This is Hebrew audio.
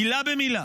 מילה במילה.